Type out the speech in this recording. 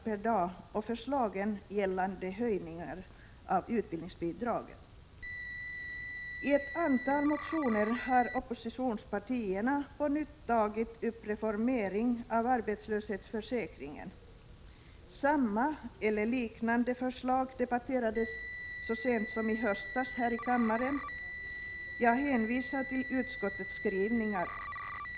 per dag och förslagen om höjning av utbildningsbidrag. I ett antal motioner har oppositionspartierna på nytt tagit upp frågan om reformering av arbetslöshetsförsäkringen. Samma eller liknande förslag debatterades så sent som i höstas här i kammaren. Jag hänvisar till utskottets skrivningar.